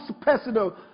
personal